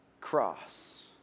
cross